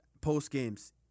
post-games